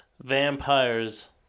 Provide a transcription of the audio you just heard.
vampires